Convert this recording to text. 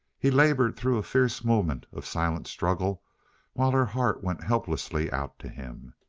he labored through a fierce moment of silent struggle while her heart went helplessly out to him.